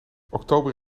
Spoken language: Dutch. oktober